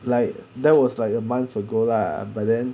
like that was like a month ago lah but then